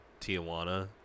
Tijuana